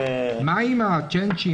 מה עם הצ’יינג’ים?